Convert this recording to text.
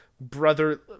brother